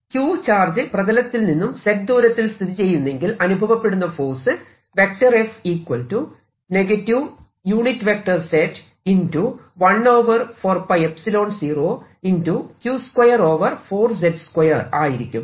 q charge പ്രതലത്തിൽ നിന്നും z ദൂരത്തിൽ സ്ഥിതിചെയ്യുന്നെങ്കിൽ അനുഭവപ്പെടുന്ന ഫോഴ്സ് ആയിരിക്കും